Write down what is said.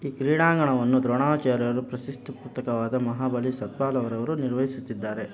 ಈ ಕ್ರೀಡಾಂಗಣವನ್ನು ದ್ರೋಣಾಚಾರ್ಯರು ಪ್ರಶಸ್ತಿ ಪುತ್ತಕವಾದ ಮಹಾಬಲಿ ಸತ್ಪಾಲ್ ಅವರವರು ನಿರ್ವಹಿಸುತ್ತಿದ್ದಾರೆ